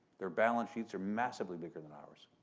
their balance sheets are massively bigger than ours.